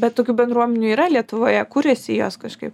bet tokių bendruomenių yra lietuvoje kuriasi jos kažkaip